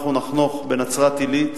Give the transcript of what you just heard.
נחנוך בנצרת-עילית